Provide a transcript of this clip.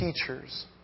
teachers